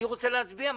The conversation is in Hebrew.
אני רוצה להצביע מחר.